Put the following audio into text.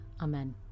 Amen